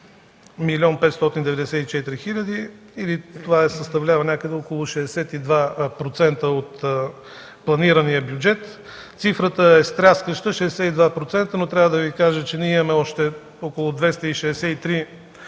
594 хиляди или това съставлява някъде около 62% от планирания бюджет. Цифрата е стряскаща – 62%, но трябва да Ви кажа, че ние имаме още около 263